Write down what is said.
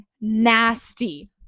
nasty